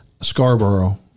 Scarborough